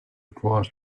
cross